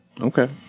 Okay